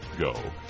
Go